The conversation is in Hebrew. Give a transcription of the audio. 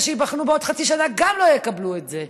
שייבחנו בעוד חצי שנה גם לא יקבלו את זה.